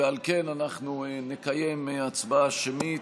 ועל כן אנחנו נקיים הצבעה שמית.